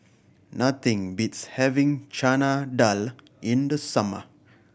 nothing beats having Chana Dal in the summer